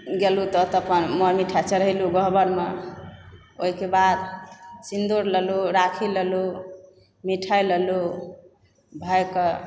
गेलहुँ तऽ ओतऽ अपन मर मिठ्ठा चढ़ेलहुँ गह्वरमे ओहिके बाद सिंदूर लेलहुँ राखी लेलहुँ मिठाइ लेलहुँ भायके